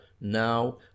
now